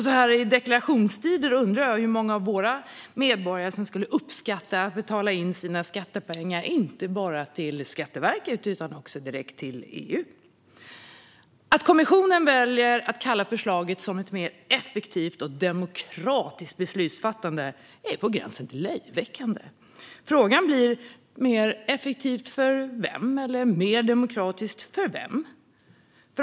Så här i deklarationstider undrar jag hur många av våra medborgare som skulle uppskatta att betala in sina skattepengar inte bara till Skatteverket utan också direkt till EU. Att kommissionen väljer att kalla förslaget ett mer effektivt och demokratiskt beslutsfattande är på gränsen till löjeväckande. Frågan blir: Mer effektivt för vem, eller mer demokratiskt för vem?